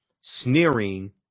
sneering